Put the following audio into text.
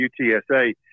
UTSA